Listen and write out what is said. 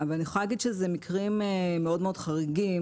אני יכולה להגיד שאלה מקרים מאוד מאוד חריגים.